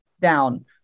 down